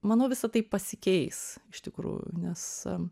manau visa tai pasikeis iš tikrųjų nes